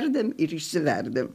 ir išsiverdam